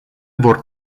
vor